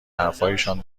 حرفهایشان